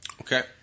Okay